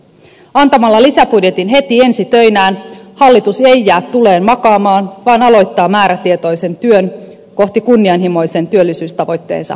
antamalla lisäbudjetin heti ensi töinään hallitus ei jää tuleen makaamaan vaan aloittaa määrätietoisen työn kohti kunnianhimoisen työllisyystavoitteensa